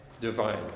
Divine